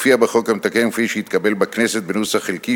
הופיעה בחוק המתקן כפי שהתקבל בכנסת בנוסח חלקי